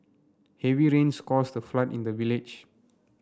heavy rains caused a flood in the village